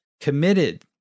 committed